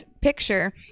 picture